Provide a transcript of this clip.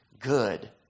good